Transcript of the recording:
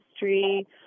history